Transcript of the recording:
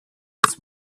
its